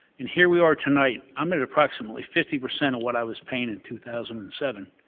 and here we are tonight, i'm at approximately fifty percent of what i was paying in two thousand and seven,